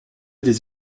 des